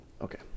Okay